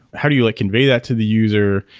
how do you like convey that to the user?